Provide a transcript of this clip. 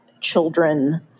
children